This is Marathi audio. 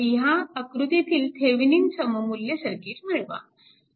ह्या आकृतीतील थेविनिन सममुल्य सर्किट मिळवा